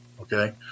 Okay